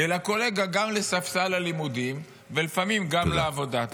אלא קולגה, גם לספסל הלימודים ולפעמים גם לעבודה.